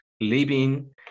living